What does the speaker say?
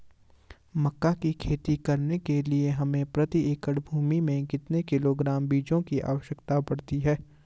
मक्का की खेती करने के लिए हमें प्रति एकड़ भूमि में कितने किलोग्राम बीजों की आवश्यकता पड़ती है?